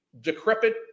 decrepit